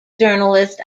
journalist